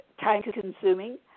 time-consuming